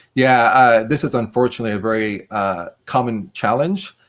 yeah ah this is unfortunately a very common challenge.